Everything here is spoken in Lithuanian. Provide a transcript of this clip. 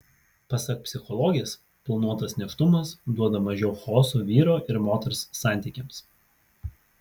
pasak psichologės planuotas nėštumas duoda mažiau chaoso vyro ir moters santykiams